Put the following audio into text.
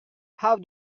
how